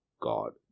God